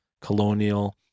colonial